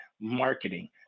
marketing